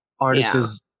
Artists